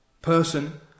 person